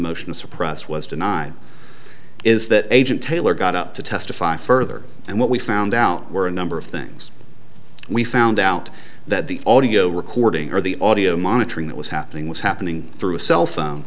motion to suppress was denied is that agent taylor got up to testify further and what we found out were a number of things we found out that the audio recording or the audio monitoring that was happening was happening through a cell phone